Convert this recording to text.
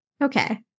Okay